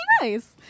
Nice